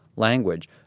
Language